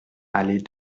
allée